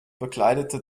bekleidete